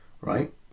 Right